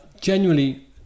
genuinely